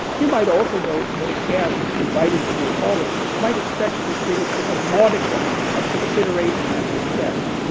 you might also note that a guest invited to your college might expect to be treated with a modicum of consideration and respect.